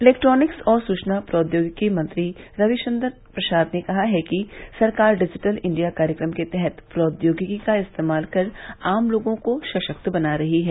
electronics और सूचना प्रौद्योगिकी मंत्री रविशंकर प्रसाद ने कहा है कि सरकार डिजिटल इंडिया कार्यक्रम के तहत प्रौद्योगिकी का इस्तेमाल कर आम लोगों को सशक्त बना रही है